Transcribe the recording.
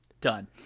Done